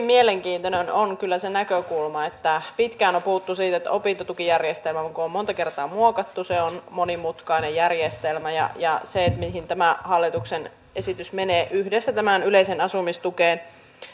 mielenkiintoinen on kyllä se näkökulma että pitkään on puhuttu siitä että opintotukijärjestelmä jota on monta kertaa muokattu on monimutkainen järjestelmä ja ja se mihin tämä hallituksen esitys menee yhdessä opiskelijoiden yleiseen asumistukeen